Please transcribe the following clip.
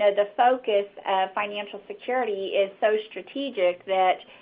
ah the focus financial security is so strategic that